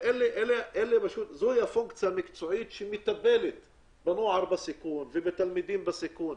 זו הפונקציה המקצועית שמטפלת בנוער בסיכון ובתלמידים בסיכון.